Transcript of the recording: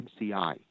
MCI